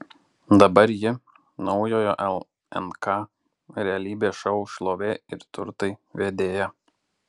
dabar ji naujojo lnk realybės šou šlovė ir turtai vedėja